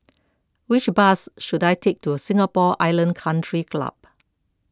which bus should I take to Singapore Island Country Club